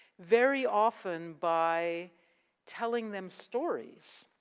very often, by telling them stories,